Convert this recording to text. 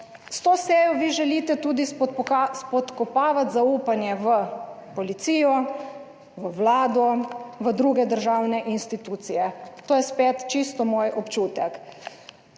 S to sejo vi želite tudi spodkopavati zaupanje v policijo, v Vlado, v druge državne institucije - to je spet čisto moj občutek.